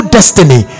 destiny